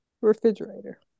refrigerator